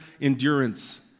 endurance